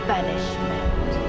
banishment